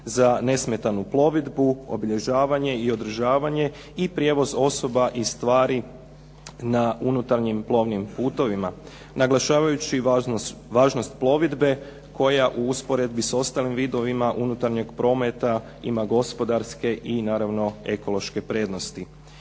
za nesmetanu plovidbu, obilježavanje i održavanje i prijevoz osoba i stvari na unutarnjim plovnim putovima, naglašavajući važnost plovidbe koja u usporedbi s ostalim vidovima unutarnjeg prometa ima gospodarske i naravno ekološke prednosti.